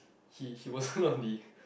he he wasn't on the